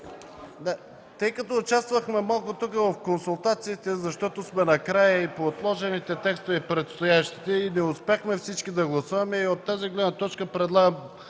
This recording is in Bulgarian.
тъй като участвахме малко в консултациите, защото сме накрая – и по отложените текстове, и по предстоящите, не успяхме всички да гласуваме. От тази гледна точка предлагам